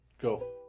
Go